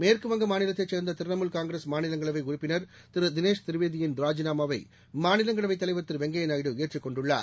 மேற்குவங்க மாநிலத்தைச் சேர்ந்த திரிணாமூல் காங்கிரஸ் மாநிலங்களவை உறுப்பினர் திரு தினேஷ் திரிவேதியின் ராஜினாமாவை மாநிலங்களவைத் தலைவர் திரு வெங்கப்ய நாயுடு ஏற்றுக் கொண்டுள்ளார்